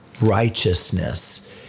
righteousness